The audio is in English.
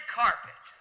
carpet